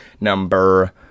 number